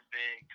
big